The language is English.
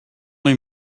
only